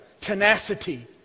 tenacity